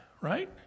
right